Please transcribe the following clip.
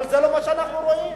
אבל זה לא מה שאנחנו רואים.